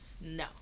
No